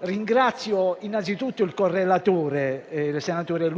Ringrazio anzitutto il correlatore, senatore